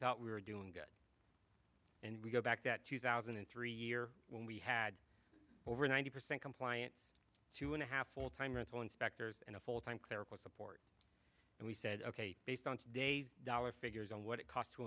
thought we were doing good and we go back to that two thousand and three year when we had over ninety percent compliance two and a half full time rental inspectors and a full time clerical support and we said ok based on today's dollar figures on what it cost to